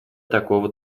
такого